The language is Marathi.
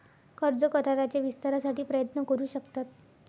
कर्ज कराराच्या विस्तारासाठी प्रयत्न करू शकतात